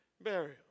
burial